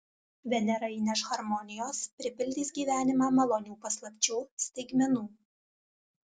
venera įneš harmonijos pripildys gyvenimą malonių paslapčių staigmenų